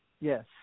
Yes